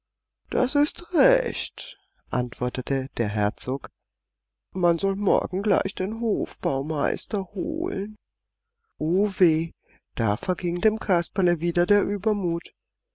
das ist recht antwortete der herzog man soll morgen gleich den hofbaumeister holen o weh da verging dem kasperle wieder der übermut